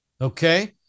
Okay